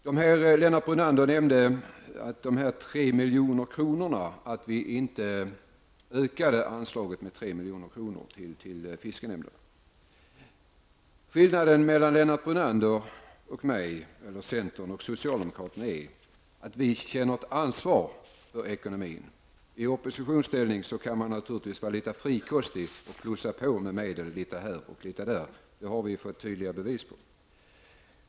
Herr talman! Lennart Brunander tog upp frågan om varför vi inte ville öka anslaget med 3 milj.kr. Brunander och mig, mellan centern och socialdemokraterna, är att vi socialdemokrater känner ett ansvar för ekonomin. När man befinner sig i oppositionsställning, kan man naturligtvis vara frikostig och plussa på med medel litet här och var. Det har vi fått tydliga bevis på.